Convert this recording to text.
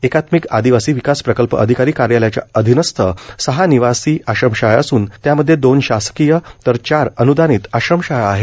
एकात्मिक आदिवासी विकास प्रकल्प अधिकारी कार्यालयाच्या अधिनस्त सहा निवासी आश्रम शाळा असून त्यामध्ये दोन शासकीय तर चार अनुदानित आश्रमशाळा आहेत